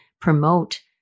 promote